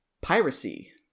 Piracy